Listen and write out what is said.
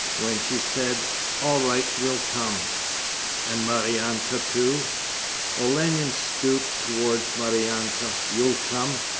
when she said all right, we'll come and maryanka too olenin stooped towards maryanka. you'll come?